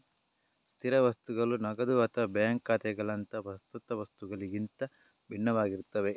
ಸ್ಥಿರ ಸ್ವತ್ತುಗಳು ನಗದು ಅಥವಾ ಬ್ಯಾಂಕ್ ಖಾತೆಗಳಂತಹ ಪ್ರಸ್ತುತ ಸ್ವತ್ತುಗಳಿಗಿಂತ ಭಿನ್ನವಾಗಿರ್ತವೆ